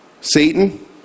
satan